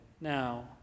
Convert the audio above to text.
now